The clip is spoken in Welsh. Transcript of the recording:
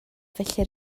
felly